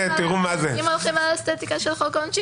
אם הולכים על האסתטיקה של חוק העונשין,